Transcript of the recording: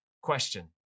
question